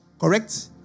Correct